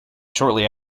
shortly